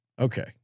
Okay